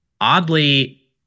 oddly